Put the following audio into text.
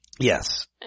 Yes